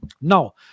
Now